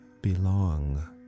belong